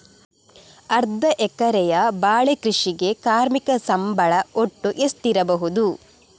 ಅರ್ಧ ಎಕರೆಯ ಬಾಳೆ ಕೃಷಿಗೆ ಕಾರ್ಮಿಕ ಸಂಬಳ ಒಟ್ಟು ಎಷ್ಟಿರಬಹುದು?